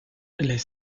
les